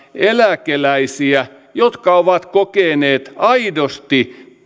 eläkeläisiä jotka ovat kokeneet aidosti